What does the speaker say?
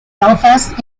belfast